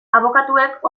abokatuek